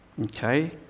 Okay